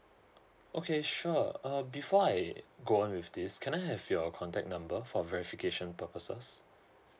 okay sure um before I go on with this can I have your contact number for verification purposes